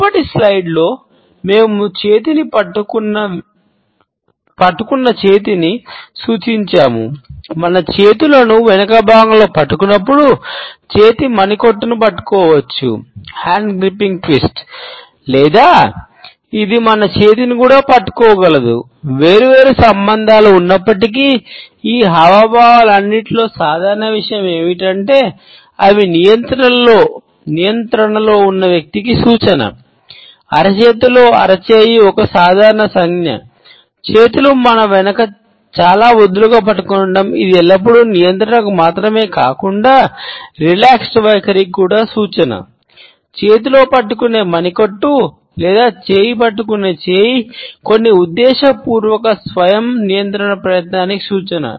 మునుపటి స్లైడ్లో కొన్ని ఉద్దేశపూర్వక స్వయం నియంత్రణ ప్రయత్నానికి సూచన